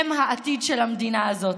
הם העתיד של המדינה הזאת.